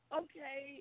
okay